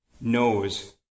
knows